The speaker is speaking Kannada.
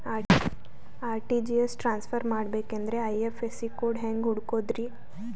ಆರ್.ಟಿ.ಜಿ.ಎಸ್ ಟ್ರಾನ್ಸ್ಫರ್ ಮಾಡಬೇಕೆಂದರೆ ಐ.ಎಫ್.ಎಸ್.ಸಿ ಕೋಡ್ ಹೆಂಗ್ ಹುಡುಕೋದ್ರಿ?